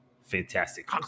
fantastic